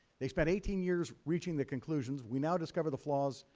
they spent eighteen years reaching the conclusions we now discover the flaws.